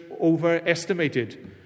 overestimated